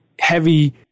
heavy